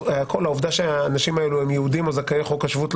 העובדה שהאנשים האלה הם יהודים או זכאי חוק השבות,